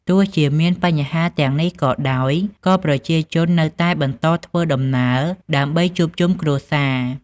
ទោះជាមានបញ្ហាទាំងនេះក៏ដោយ ក៏ប្រជាជននៅតែបន្តធ្វើដំណើរ ដើម្បីជួបជុំគ្រួសារ។